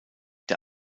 der